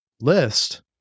list